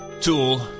tool